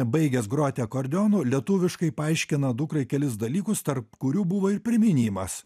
baigęs groti akordeonu lietuviškai paaiškina dukrai kelis dalykus tarp kurių buvo ir priminimas